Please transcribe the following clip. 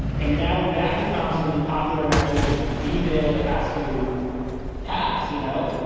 and now that becomes in the popular imagination, the bill that has to pass, you know,